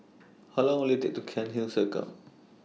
How Long Will IT Take to Cairnhill Circle